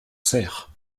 serres